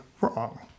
wrong